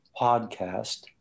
podcast